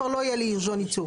דרך אגב,